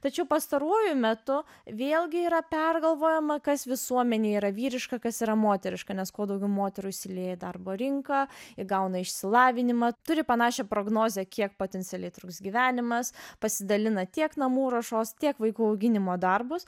tačiau pastaruoju metu vėlgi yra pergalvojama kas visuomenėje yra vyriška kas yra moteriška nes kuo daugiau moterų įsilieja į darbo rinką įgauna išsilavinimą turi panašią prognozę kiek potencialiai truks gyvenimas pasidalina tiek namų ruošos tiek vaikų auginimo darbus